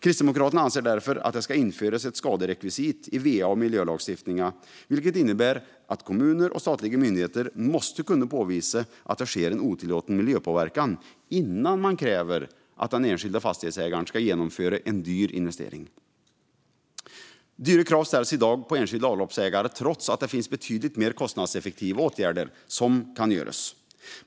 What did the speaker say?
Kristdemokraterna anser därför att det ska införas ett skaderekvisit i va och miljölagstiftningen, vilket innebär att kommuner och statliga myndigheter måste kunna påvisa att det sker en otillåten miljöpåverkan innan man kräver att den enskilda fastighetsägaren ska genomföra en dyr investering. Dyra krav ställs i dag på enskilda avloppsägare trots att det finns betydligt mer kostnadseffektiva åtgärder som kan göras.